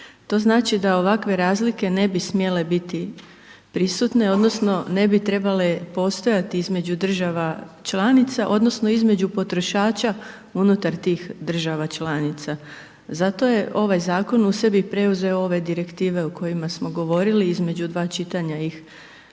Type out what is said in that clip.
to znači da ovakve razlike ne bi smjele biti prisutne, odnosno ne bi trebale postojati između država članica, odnosno između potrošača unutar tih država članica. Zato je ovaj Zakon u sebi preuzeo ove Direktive o kojima smo govorili, između dva čitanja ih spominjali,